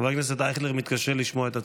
חבר הכנסת אייכלר מתקשה לשמוע את עצמו.